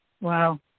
Wow